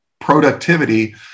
productivity